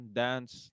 dance